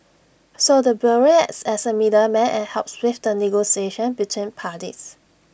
so the bureau acts as A middleman and helps with the negotiation between parties